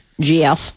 gf